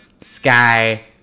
Sky